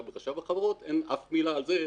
ברשם החברות אין אף מילה על כך